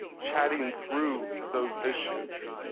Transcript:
chatting through those issues,